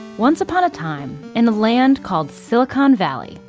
once upon a time, in a land called silicon valley,